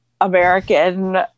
American